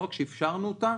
ולא רק שאפשרנו אותה,